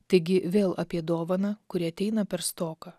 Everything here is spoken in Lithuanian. taigi vėl apie dovaną kuri ateina per stoką